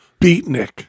Beatnik